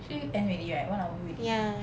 ya